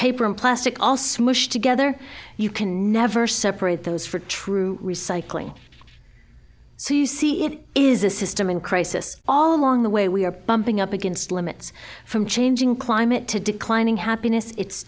paper and plastic all smushed together you can never separate those for true recycling so you see it is a system in crisis all along the way we are bumping up against limits from changing climate to declining happiness it's